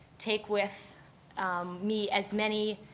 take with me as many